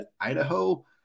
Idaho